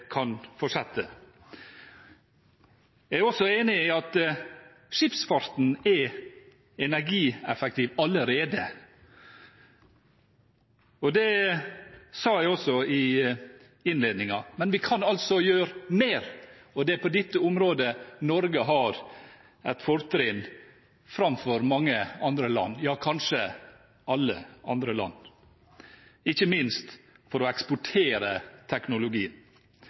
er enig i at skipsfarten er energieffektiv allerede, det sa jeg også i innledningen, men vi kan altså gjøre mer, og det er på dette området Norge har et fortrinn framfor mange andre land – ja, kanskje alle andre land – ikke minst når det gjelder å eksportere teknologi.